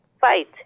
fight